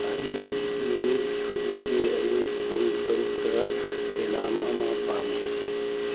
ꯑꯩ ꯅꯨꯃꯤꯠ ꯈꯨꯗꯤꯡꯒꯤ ꯑꯌꯨꯛ ꯄꯨꯡ ꯇꯔꯨꯛꯇ ꯑꯦꯂꯥꯝ ꯑꯃ ꯄꯥꯝꯃꯤ